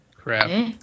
Crap